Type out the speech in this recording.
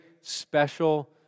special